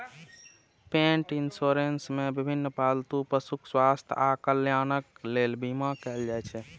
पेट इंश्योरेंस मे विभिन्न पालतू पशुक स्वास्थ्य आ कल्याणक लेल बीमा कैल जाइ छै